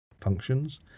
functions